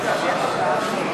קבוצת סיעת ש"ס,